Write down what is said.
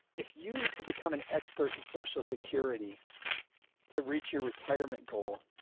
if you need to become an expert in social security to reach your retirement goal,